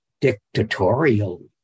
dictatorial